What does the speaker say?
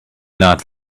not